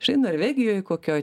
štai norvegijoj kokioj